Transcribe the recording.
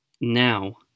now